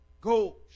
Go